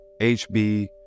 HB